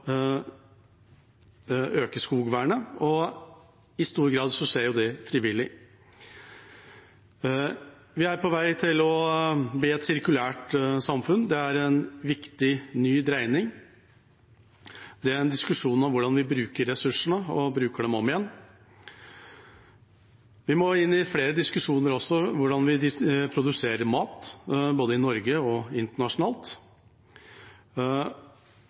bli et sirkulært samfunn, det er en viktig ny dreining. Det er en diskusjon om hvordan vi bruker ressursene og bruker dem om igjen. Vi må også inn i flere diskusjoner om hvordan vi produserer mat, både i Norge og internasjonalt,